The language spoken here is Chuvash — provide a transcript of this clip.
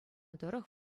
тӑрӑх